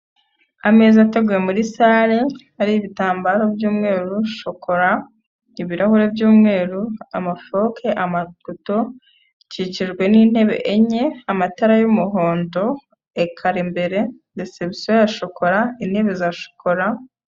Ameza ateguye muri sare ariho ibitambaro by'umweru shokora ibirahuri by'umweru, amafoke amakuto ikikijwe n'intebe enye, amatara y'umuhondo ekara imbere, resebusiyo ya shokora intebe za shokora.